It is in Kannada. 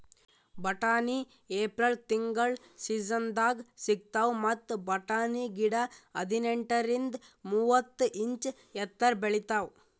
ಬಟಾಣಿ ಏಪ್ರಿಲ್ ತಿಂಗಳ್ ಸೀಸನ್ದಾಗ್ ಸಿಗ್ತಾವ್ ಮತ್ತ್ ಬಟಾಣಿ ಗಿಡ ಹದಿನೆಂಟರಿಂದ್ ಮೂವತ್ತ್ ಇಂಚ್ ಎತ್ತರ್ ಬೆಳಿತಾವ್